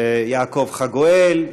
יעקב חגואל,